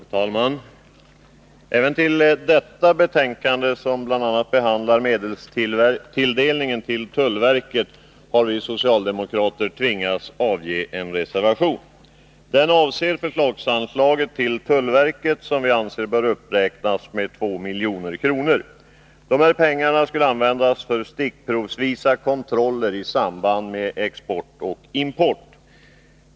Herr talman! Även till detta betänkande, som bl.a. behandlar medelstilldelningen till tullverket, har vi socialdemokrater tvingats foga en reservation. Den avser förslagsanslaget till tullverket, som vi anser bör uppräknas med 2 milj.kr. Dessa pengar skulle användas för stickprovsvisa kontroller i samband med export och import.